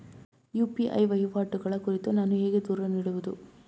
UPI ವಹಿವಾಟುಗಳ ಕುರಿತು ನಾನು ಹೇಗೆ ದೂರು ನೀಡುವುದು?